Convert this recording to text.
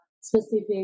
specific